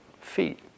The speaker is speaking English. feet